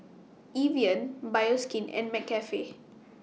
Evian Bioskin and McCafe